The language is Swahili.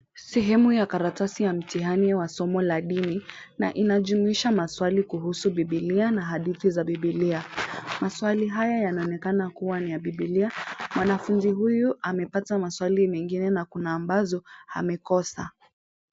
Sehemu ya karatasi ya mtihani wa somo la dini na inajumuisha maswali kuhusu Biblia na hadithi za Biblia. Maswali haya yanaonekana kuwa ni ya Biblia. Mwanafunzi huyu amepata maswali mengine na kuna ambazo amekosa.